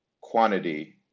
quantity